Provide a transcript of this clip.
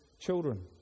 children